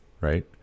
right